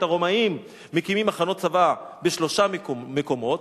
הרומאים מקימים מחנות צבא בשלושה מקומות,